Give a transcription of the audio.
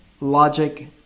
logic